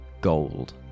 gold